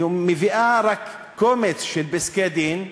היא מביאה רק קומץ של פסקי-דין,